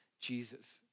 Jesus